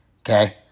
Okay